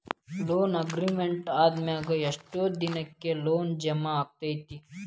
Loan agreement ಆದಮ್ಯಾಗ ಯೆಷ್ಟ್ ದಿನಕ್ಕ ಲೊನ್ ಜಮಾ ಆಕ್ಕೇತಿ?